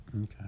Okay